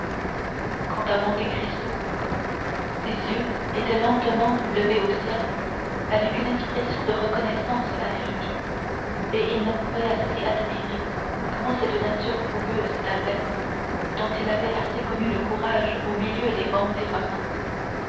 quant à monte cristo ses yeux s'étaient lentement levés au ciel avec une expression de reconnaissance infinie et il ne pouvait assez admirer comment cette nature fougueuse d'albert dont il avait assez connu le courage au milieu des bandits romains